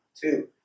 two